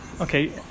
Okay